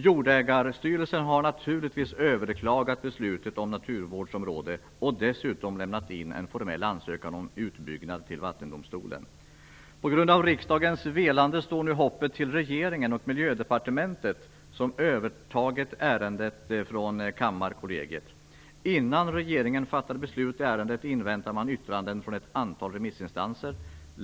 Jordägarstyrelsen har naturligtvis överklagat beslutet om naturvårdsområde. Dessutom har man lämnat in en formell ansökan om utbyggnad till Vattendomstolen. På grund av riksdagens velande står nu hoppet till regeringen och Miljödepartementet som övertagit ärendet från Kammarkollegiet. Innan regeringen fattar beslut i ärendet inväntar man yttranden från ett antal remissinstanser.